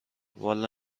والا